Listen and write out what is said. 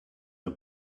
the